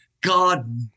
God